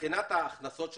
מבחינת ההכנסות שלך,